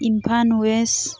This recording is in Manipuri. ꯏꯝꯐꯥꯜ ꯋꯦꯁ